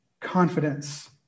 confidence